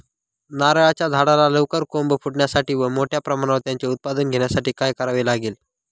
नारळाच्या झाडाला लवकर कोंब फुटण्यासाठी व मोठ्या प्रमाणावर त्याचे उत्पादन घेण्यासाठी काय करावे लागेल?